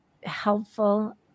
helpful